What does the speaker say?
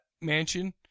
mansion